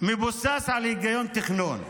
שמבוסס על היגיון תכנון.